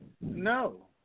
no